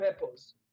purpose